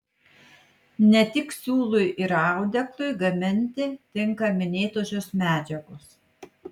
ne tik siūlui ir audeklui gaminti tinka minėtosios medžiagos